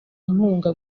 inkunga